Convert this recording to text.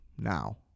now